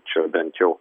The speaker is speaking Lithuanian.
čia bent jau